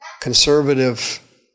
conservative